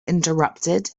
interrupted